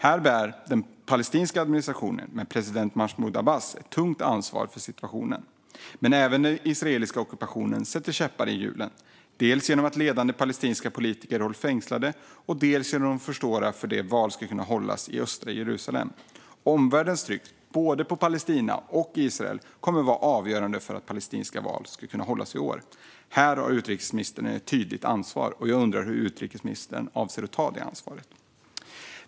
Här bär den palestinska administrationen med president Mahmud Abbas ett tungt ansvar för situationen. Men även den israeliska ockupationen sätter käppar i hjulen, dels genom att ledande palestinska politiker hålls fängslade, dels genom att försvåra för att val ska kunna hållas i östra Jerusalem. Omvärldens tryck på både Palestina och Israel kommer att vara avgörande för att palestinska val ska kunna hållas i år. Här har utrikesministern ett tydligt ansvar. Jag undrar hur utrikesministern avser att ta detta ansvar.